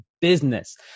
business